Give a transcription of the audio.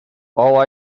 all